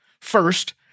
First